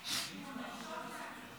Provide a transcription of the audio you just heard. היושב-ראש,